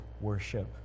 worship